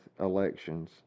elections